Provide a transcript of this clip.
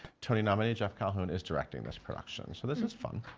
tony nominated jeff calhoun is directing this production. so this is fun.